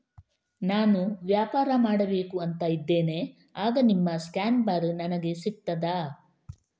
ನಾನು ವ್ಯಾಪಾರ ಮಾಡಬೇಕು ಅಂತ ಇದ್ದೇನೆ, ಆಗ ನಿಮ್ಮ ಸ್ಕ್ಯಾನ್ ಬಾರ್ ನನಗೆ ಸಿಗ್ತದಾ?